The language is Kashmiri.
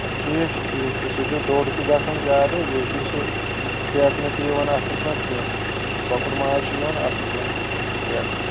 اَدٕ ٹھیٖک چھُ ٹھیٖک چھُ سُہ چھِ دوٚر تہِ گژھان زیادٕ بیٚیہِ چھُنہٕ سُہ ژیٹنہٕ تہِ یِوان اَصٕل پٲٹھۍ کیٚنٛہہ لۄکُٹ ماز چھِ یِوان اَصٕل پٲٹھۍ ژیٹنہٕ